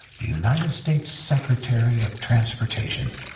the united states secretary of transportation.